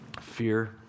Fear